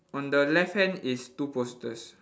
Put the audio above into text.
on the left hand is two posters